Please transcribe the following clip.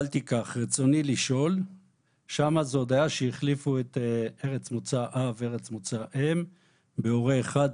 זה עוד היה כשהחליפו את ארץ מוצא האב וארץ מוצא האם והורה 1,